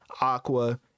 Aqua